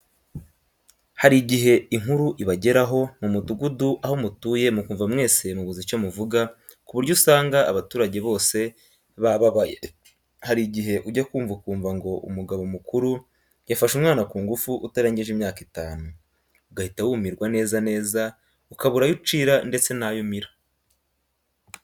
Hari igihe inkuru ibageraho mu mudugudu aho mutuye mukumva mwese mubuze icyo muvuga ku buryo usanga abaturage bose bababaye. Hari igihe ujya kumva ukumva ngo umugabo mukuru yafashe umwana kungufu utarengeje imyaka itanu, ugahita wumirwa neza neza ukabura ayo ucira ndetse n'ayo umira.